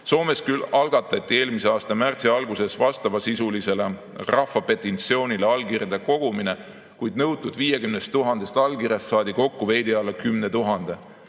Soomes küll algatati eelmise aasta märtsi alguses vastavasisulisele rahvapetitsioonile allkirjade kogumine, kuid nõutud 50 000 allkirjast saadi kokku veidi alla 10 000.